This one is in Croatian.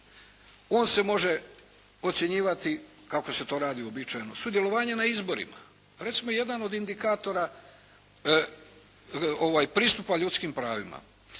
On se može ocjenjivati, kako se to radi uobičajeno, sudjelovanjem na izborima. Recimo, jedan od indikatora pristupa ljudskim pravima: